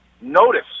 notice